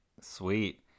Sweet